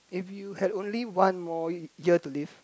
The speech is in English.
if you have only one more year to live